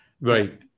right